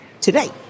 today